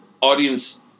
audience